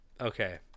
Okay